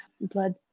blood